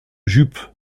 jup